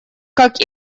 как